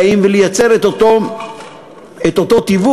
ולייצר את אותו תיווך,